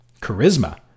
Charisma